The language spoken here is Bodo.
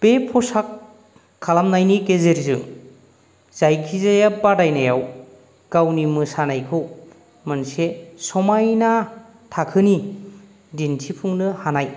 बे फसाक खालामनायनि गेजेरजों जायखिजाया बादायनायाव गावनि मोसानायखौ मोनसे समायना थाखोनि दिन्थिफुंनो हानाय